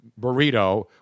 burrito